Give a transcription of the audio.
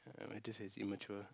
this is immature